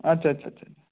আচ্ছা আচ্ছা আচ্ছা আচ্ছা